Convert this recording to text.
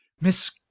Miss